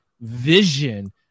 vision